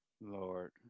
Lord